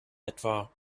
etwa